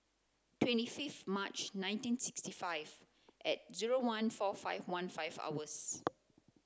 twenty fifth March nineteen sixty five at zero one four five one five hours